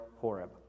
Horeb